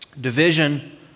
Division